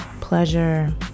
pleasure